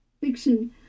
fiction